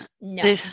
No